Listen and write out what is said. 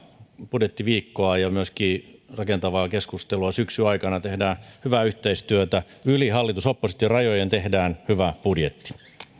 budjettiviikkoa ja myöskin rakentavaa keskustelua syksyn aikana tehdään hyvää yhteistyötä yli hallitus oppositio rajojen ja tehdään hyvä